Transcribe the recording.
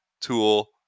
tool